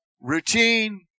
Routine